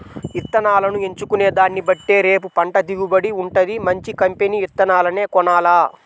ఇత్తనాలను ఎంచుకునే దాన్నిబట్టే రేపు పంట దిగుబడి వుంటది, మంచి కంపెనీ విత్తనాలనే కొనాల